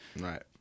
Right